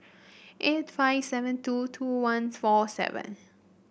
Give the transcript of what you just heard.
eight five seven two two once four seven